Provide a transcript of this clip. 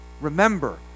Remember